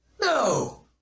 No